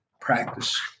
practice